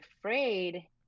afraid